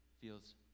feels